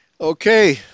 Okay